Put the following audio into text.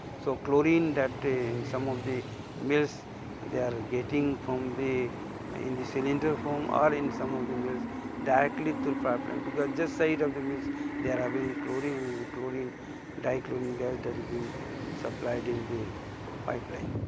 so chlorine that in some of the mills they are getting from the in the cylinder form or in some of the mills directly through pipe line. because just side of the mills they are having the chlorine and the chlorine dichlorine gas that is being supplied in the pipeline.